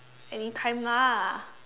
anytime lah